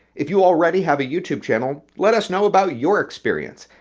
if you already have a youtube channel let us know about your experience.